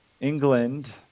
England